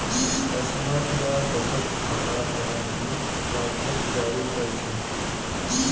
small या बचत खातार तने भी पासबुकक जारी कर छे